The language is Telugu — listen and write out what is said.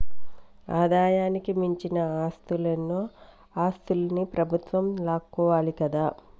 ఆదాయానికి మించిన ఆస్తులన్నో ఆస్తులన్ని ప్రభుత్వం లాక్కోవాలి కదా